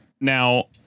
now